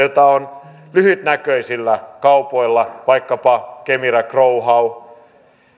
jota on tuhottu lyhytnäköisillä kaupoilla vaikkapa kemira growhow